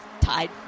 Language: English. tied